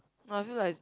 no I feel like